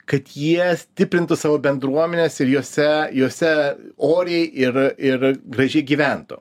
kad jie stiprintų savo bendruomenes ir jose jose oriai ir ir gražiai gyventų